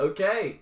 Okay